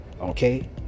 Okay